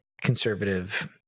conservative